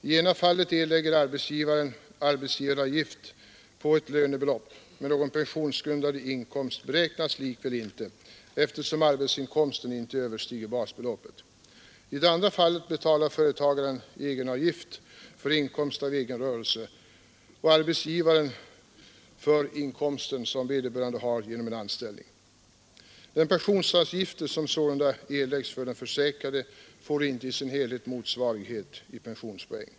I det ena fallet erlägger arbetsgivaren arbetsgivaravgift på ett lönebelopp, men någon pensionsgrundande inkomst beräknas likväl inte, eftersom arbetsinkomsten inte överstiger basbeloppet. I det andra fallet betalar företagaren egenavgift för inkomst av egen rörelse och arbetsgivaren avgift för den inkomst vederbörande har genom sin anställning. Den pensionsavgift som sålunda erläggs för den försäkrade får inte som helhet motsvarighet i pensionspoäng.